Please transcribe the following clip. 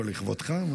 לכבודך?